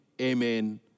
amen